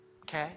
Okay